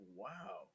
wow